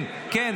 כן.